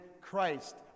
Christ